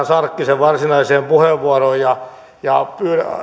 sarkkisen varsinaiseen puheenvuoroon ja ja